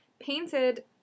painted